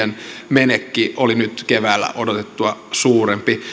menekki oli nyt keväällä odotettua suurempi